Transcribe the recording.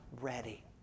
ready